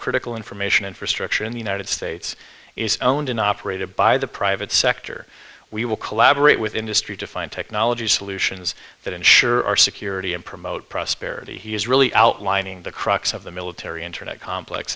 critical information infrastructure in the united states is owned and operated by the private sector we will collaborate with industry to find technology solutions that ensure our security and promote prosperity he is really outlining the crux of the military internet complex